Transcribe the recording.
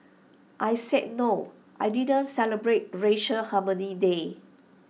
I said no I didn't celebrate racial harmony day